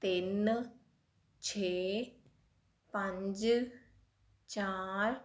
ਤਿੰਨ ਛੇ ਪੰਜ ਚਾਰ